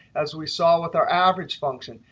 as we saw with our average function.